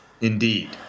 Indeed